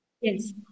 Yes